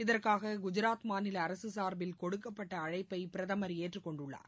இதற்காக குஜராத் மாநில அரசு சார்பில் கொடுக்கப்பட்ட அழைப்பை பிரதமர் ஏற்றுக்கொண்டுள்ளார்